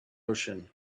ocean